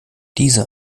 diese